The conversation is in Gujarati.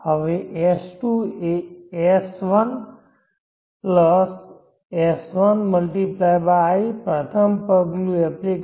હવે S2 એ એસ S1S1×i પ્રથમ પગલું એપ્લિકેશન છે